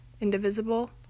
indivisible